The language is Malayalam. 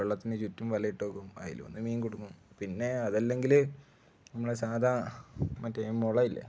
വെള്ളത്തിന് ചുറ്റും വല ഇട്ട് വെക്കും അതിൽ വൻ മീൻ കുടുങ്ങും പിന്നെ അത് അല്ലെങ്കിൽ നമ്മളുടെ സാധാ മറ്റേ മുള ഇല്ലേ